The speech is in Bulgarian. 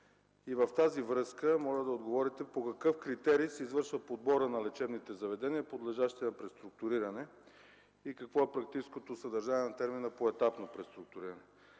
В тази връзка моля да отговорите по какъв критерий се извършва подборът на лечебните заведения, подлежащи на преструктуриране, и какво е практическото съдържание на термина „поетапно” преструктуриране.